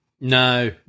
No